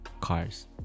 cars